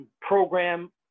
Program